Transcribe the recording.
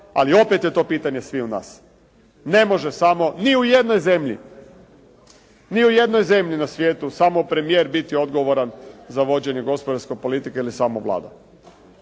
ali opet je to pitanje sviju nas. Ne može samo, ni u jednoj zemlji, ni u jednoj zemlji na svijetu samo premijer biti odgovoran za vođenje gospodarske politike, ili samo Vlada.